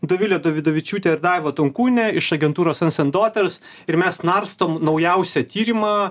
dovilę dovidavičiūtę ir daivą tonkūnienę iš agentūros sons and daughters ir mes narstom naujausią tyrimą